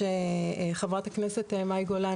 חברת הכנסת מאי גולן,